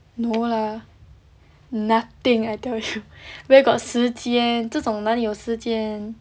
no lah nothing I tell you where got 时间这种哪里有时间